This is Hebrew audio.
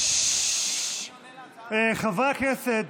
חברי הכנסת,